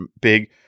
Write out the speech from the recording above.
big